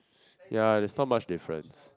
ya there's not much difference